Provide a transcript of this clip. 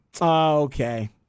Okay